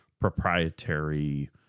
proprietary